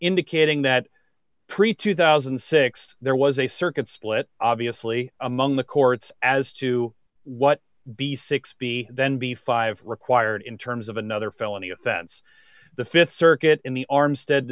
indicating that pre two thousand and six there was a circuit split obviously among the courts as to what b six b then b five required in terms of another felony offense the th circuit in the arms